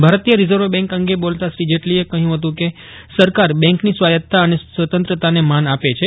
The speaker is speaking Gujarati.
ભારતીય રીઝર્વ બેન્ક અંગે બોલતાં શ્રી જેટલીએ કલું હતું કે સરકાર બેન્કની સ્વાયત્તા અને સ્વતંત્રતાને માન આપે છે